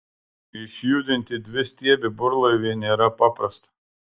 išjudinti dvistiebį burlaivį nėra paprasta